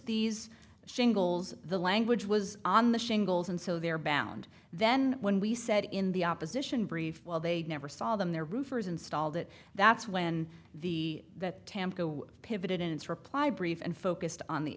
these shingles the language was on the shingles and so they're bound then when we said in the opposition brief while they never saw them there roofers installed it that's when the pivoted in its reply brief and focused on the